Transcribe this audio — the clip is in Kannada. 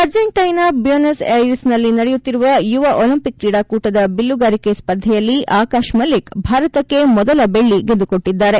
ಅರ್ಜೆಂಟೈನಾ ಬ್ಯೂನಸ್ ಐರಿಸ್ನಲ್ಲಿ ನಡೆಯುತ್ತಿರುವ ಯುವ ಒಲಿಂಪಿಕ್ ಕ್ರೀಡಾಕೂಟದ ಬಿಲ್ಲುಗಾರಿಕೆ ಸ್ವರ್ಧೆಯಲ್ಲಿ ಆಕಾಶ್ ಮಲ್ಲಿಕ್ ಭಾರತಕ್ಕೆ ಮೊದಲ ಬೆಳ್ಳಿ ಗೆದ್ದುಕೊಟ್ಟಿದ್ದಾರೆ